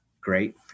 great